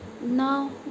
Now